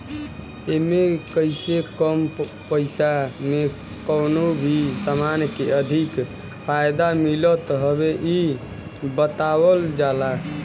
एमे कइसे कम पईसा में कवनो भी समान के अधिक फायदा मिलत हवे इ बतावल जाला